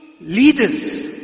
leaders